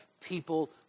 people